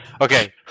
Okay